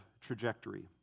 trajectory